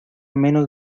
menos